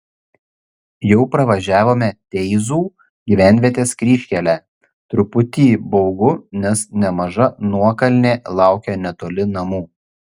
jau pravažiavome teizų gyvenvietės kryžkelę truputį baugu nes nemaža nuokalnė laukia netoli namų